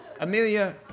Amelia